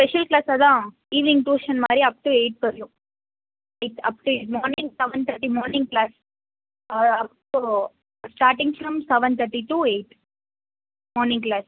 special class அதான் evening tuition மாதிரி up to eight வரையும் eight up to eight morning seven thirty morning class ஆ so starting from seven thirty to eight morning class